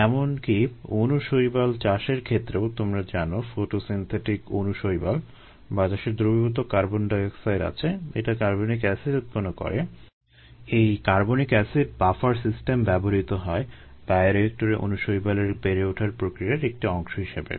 এমন কি অণু শৈবাল চাষের ক্ষেত্রে তোমরা জানো ফটোসিনথেটিক অণু শৈবাল বাতাসে দ্রবীভূত কার্বন ডাইঅক্সাইড আছে এটা কার্বনিক এসিড উৎপন্ন করে এবং এই কার্বনিক এসিড বাফার সিস্টেম ব্যবহৃত হয় বায়োরিয়েক্টরে অণু শৈবালের বেড়ে ওঠার প্রক্রিয়ার একটি অংশ হিসেবে